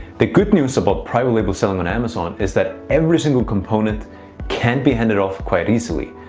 the good news about private label selling on amazon is that every single component can be handed off quite easily.